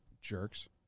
Jerks